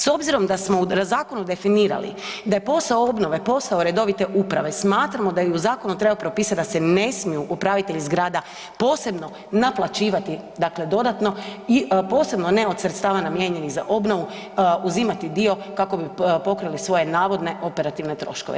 S obzirom da smo u zakonu definirali da je posao obnove posao redovite uprave, smatramo da i u zakonu treba propisat da se ne smiju upravitelji zgrada posebno naplaćivati, dakle dodatno i posebno ne od sredstava namijenjenih za obnovu uzimati dio kako bi pokrili svoje navodne operativne troškove.